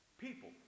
people